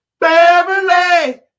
beverly